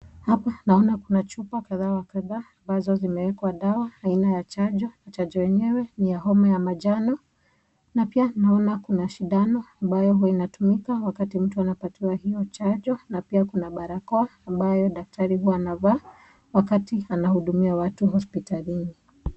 Hapa naona kuna chupa kadhaa wa kadhaa ambazo zimewekwa dawa aina ya chanjo na chanjo yenyewe ni ya homa ya manjano na pia naona kuna sindano ambayo huwa inatumika wakati ambapo mtu anapatiwa hiyo chanjo na pia kuna barakoa ambayo daktari huwa anavaa wakati anahudumia watu hospitalini.